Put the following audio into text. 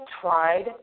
tried